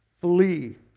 Flee